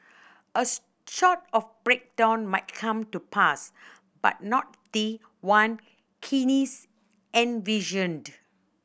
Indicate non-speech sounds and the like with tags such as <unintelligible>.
a <unintelligible> sort of breakdown might come to pass but not the one Keynes envisioned